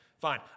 fine